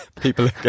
people